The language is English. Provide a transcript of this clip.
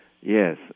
Yes